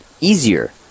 easier